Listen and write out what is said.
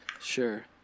Sure